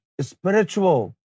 spiritual